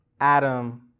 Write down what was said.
Adam